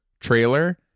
trailer